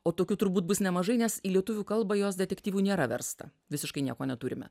o tokių turbūt bus nemažai nes į lietuvių kalbą jos detektyvų nėra versta visiškai nieko neturime